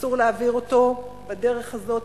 אסור להעביר אותו בדרך הזאת,